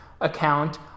account